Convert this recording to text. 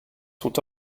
sont